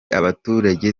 abaturage